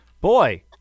boy –